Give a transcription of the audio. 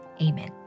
Amen